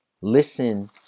listen